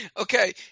okay